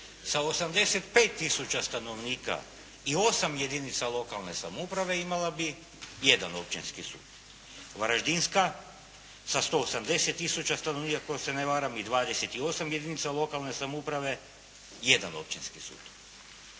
sa 85 tisuća stanovnika i 8 jedinica lokalne samouprave imala bi 1 općinski sud. Varaždinska sa 180 tisuća stanovnika, ako se ne varam, i 28 jedinica lokalne samouprave 1 općinski sud.